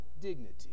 dignity